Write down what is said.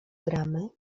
gramy